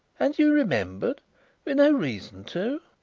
and you remembered with no reason to?